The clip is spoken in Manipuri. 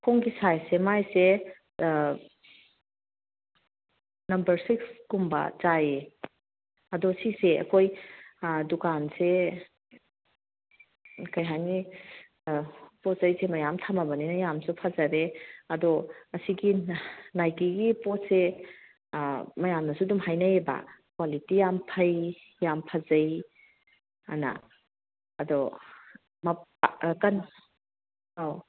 ꯈꯣꯡꯎꯞꯀꯤ ꯁꯥꯏꯁꯁꯦ ꯃꯥꯏꯁꯦ ꯅꯝꯕꯔ ꯁꯤꯛꯁꯀꯨꯝꯕ ꯆꯥꯏꯌꯦ ꯑꯗꯨ ꯁꯤꯁꯦ ꯑꯩꯈꯣꯏ ꯗꯨꯀꯥꯟꯁꯦ ꯀꯩ ꯍꯥꯏꯅꯤ ꯄꯣꯠ ꯆꯩꯁꯦ ꯃꯌꯥꯝ ꯊꯝꯃꯕꯅꯤꯅ ꯌꯥꯝꯁꯨ ꯐꯖꯔꯦ ꯑꯗꯣ ꯑꯁꯤꯒꯤ ꯅꯥꯏꯀꯤꯒꯤ ꯄꯣꯠꯁꯦ ꯃꯌꯥꯝꯅꯁꯨ ꯑꯗꯨꯝ ꯍꯥꯏꯅꯩꯌꯦꯕ ꯀ꯭ꯋꯥꯂꯤꯇꯤ ꯌꯥꯝ ꯐꯩ ꯌꯥꯝ ꯐꯖꯩ ꯑꯅ ꯑꯗꯣ ꯑꯧ